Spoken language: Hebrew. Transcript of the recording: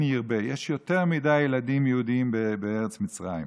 ירבה" יש יותר מדי ילדים יהודים בארץ מצרים.